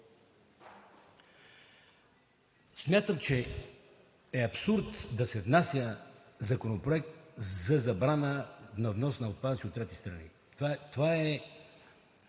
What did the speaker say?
Смятам, че е абсурд да се внася Законопроект за забрана на внос на отпадъци от трети страни. Това е